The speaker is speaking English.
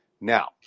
Now